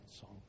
song